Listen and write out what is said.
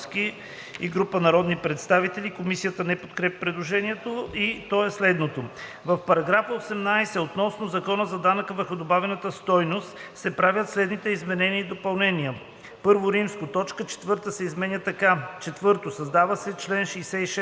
и група народни представители. Комисията не подкрепя предложението. То е следното. В § 18 относно Закона за данъка върху добавената стойност се правят следните изменения и допълнения: I. Точка се 4 се изменя така: „Създава се чл. 66а: